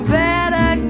better